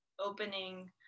opening